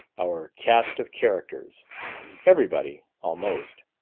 our cast of characters everybody almost,